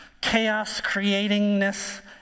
chaos-creatingness